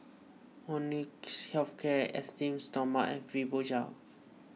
Molnylcke Health Care Esteem Stoma and Fibogel